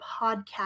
podcast